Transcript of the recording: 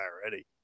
already